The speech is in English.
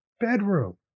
bedroom